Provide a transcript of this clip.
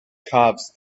calves